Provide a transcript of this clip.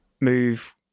move